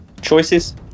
Choices